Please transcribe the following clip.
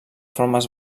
formes